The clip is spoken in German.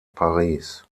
paris